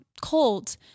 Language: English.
cold